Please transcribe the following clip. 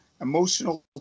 emotional